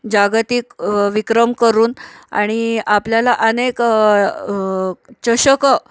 जागतिक विक्रम करून आणि आपल्याला अनेक चषकं